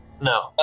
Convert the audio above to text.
No